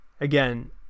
again